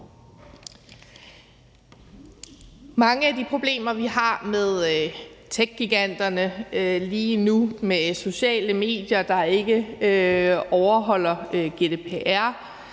Mange af de problemer, vi har med techgiganterne lige nu og med sociale medier, der ikke overholder GDPR,